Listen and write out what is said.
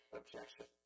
objection